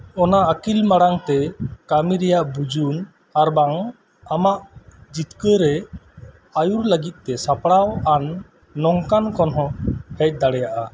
ᱚᱱᱟ ᱟᱠᱤᱞ ᱢᱟᱲᱟᱝᱛᱮ ᱠᱟᱹᱢᱤ ᱨᱮᱭᱟᱜ ᱵᱩᱡᱩᱱ ᱟᱨᱵᱟᱝ ᱟᱢᱟᱜ ᱡᱤᱛᱠᱟᱹᱨᱮ ᱟᱹᱭᱩᱨ ᱞᱟᱹᱜᱤᱫ ᱛᱮ ᱥᱟᱯᱲᱟᱣ ᱟᱱ ᱱᱚᱝᱠᱟᱱ ᱠᱷᱚᱱ ᱦᱚᱸ ᱦᱮᱡ ᱫᱟᱲᱮᱭᱟᱜᱼᱟ